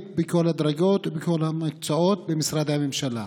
בכל הדרגות ובכל המקצועות במשרדי הממשלה.